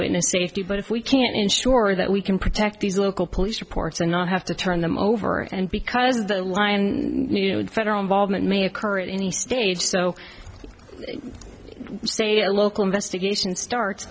witness safety but if we can't ensure that we can protect these local police reports and not have to turn them over and because the lie and nude federal involvement may occur at any stage so say a local investigation start